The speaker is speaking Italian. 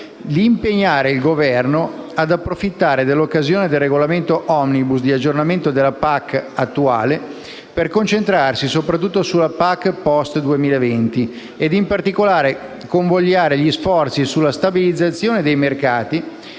di impegnare il Governo ad approfittare dell'occasione del regolamento *omnibus* di aggiornamento della PAC attuale per concentrarsi soprattutto sulla PAC *post* 2020 e, in particolare, a convogliare gli sforzi sulla stabilizzazione dei mercati,